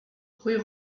rue